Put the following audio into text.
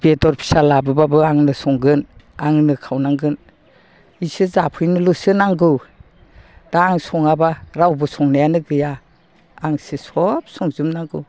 बेदर फिसा लाबोबाबो आंनो संगोन आंनो खावनांगोन बिसोर जाफैनोल'सो नांगौ दा आं सङाबा रावबो संनायानो गैया आंसो सब संजोबनांगौ